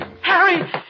Harry